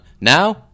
Now